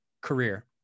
career